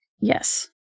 yes